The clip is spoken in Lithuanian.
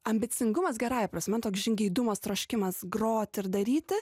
ambicingumas gerąja prasme toks žingeidumas troškimas grot ir daryti